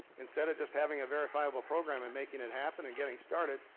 instead of just having a verifiable program and making it happen and getting started,